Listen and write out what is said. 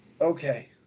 Okay